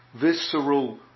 visceral